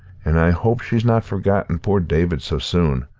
and i hope she's not forgotten poor david so soon.